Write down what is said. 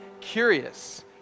curious